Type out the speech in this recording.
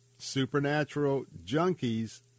SupernaturalJunkies